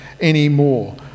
anymore